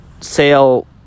Sale